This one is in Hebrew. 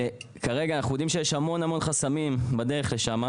וכרגע אנחנו יודעים שיש המון המון חסמים בדרך לשם,